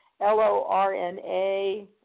L-O-R-N-A